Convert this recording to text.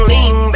Lean